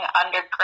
underground